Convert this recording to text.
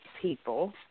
people